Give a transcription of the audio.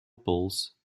pulse